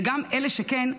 וגם אלה שכן,